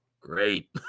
Great